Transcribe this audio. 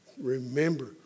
remember